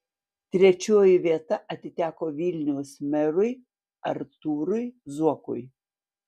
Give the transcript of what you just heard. trečioji vieta atiteko vilniaus merui artūrui zuokui